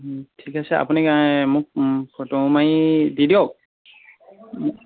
ঠিক আছে আপুনি মোক ফটো মাৰি দি দিয়ক